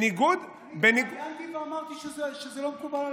אני התראיינתי ואמרתי שזה לא מקובל עליי.